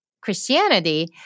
Christianity